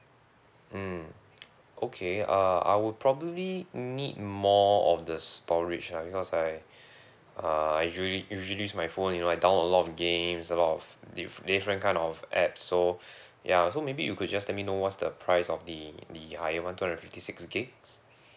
mm okay uh I will probably need more of the storage ah because I uh I usually usually use my phone you know I download a lot of games a lot of diff~ different kind of apps so ya so maybe you could just let me you know what's the price of the the higher one two hundred and fifty six gigs